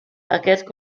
aquests